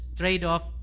trade-off